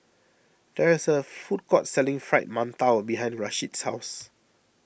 there is a food court selling Fried Mantou behind Rasheed's house